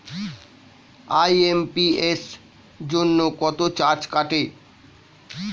IMPS জন্য কত charge কাটে?